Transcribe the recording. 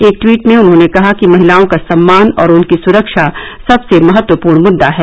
एक टवीट में उन्होंने कहा कि महिलाओं का सम्मान और उनकी सुरक्षा सबसे महत्वपूर्ण मुद्दा है